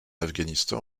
afghanistan